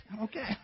Okay